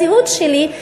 הזהות שלי,